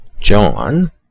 John